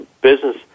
business